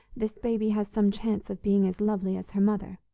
this baby has some chance of being as lovely as her mother,